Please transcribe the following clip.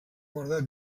guardar